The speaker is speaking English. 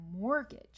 mortgage